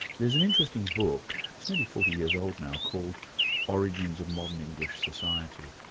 there's an interesting book it's nearly forty years old now called origins of modern english society,